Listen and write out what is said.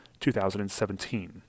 2017